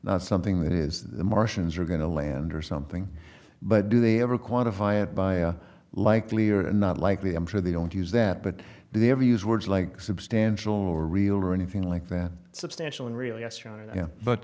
not something that is the martians are going to land or something but do they have a quantify it by likely or not likely i'm sure they don't use that but they ever use words like substantial or real or anything like that substantial and real yes yeah but